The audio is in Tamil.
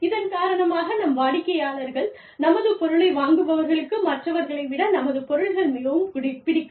இதன் காரணமாக நம் வாடிக்கையாளர்கள் நமத பொருளை வாங்குபவர்களுக்கு மற்றவர்களை விட நமது பொருட்கள் மிகவும் பிடிக்கும்